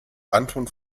anton